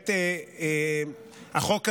החוק הזה,